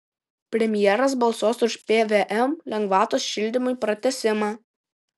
premjeras balsuos už pvm lengvatos šildymui pratęsimą